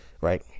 right